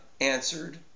answered